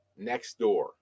Nextdoor